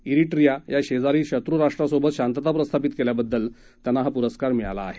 इरिट्रीया या शेजारी शत्रू राष्ट्रा सोबत शांतता प्रस्थापित केल्याबद्दल त्यांना हा प्रस्कार मिळाला आहे